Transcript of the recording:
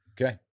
Okay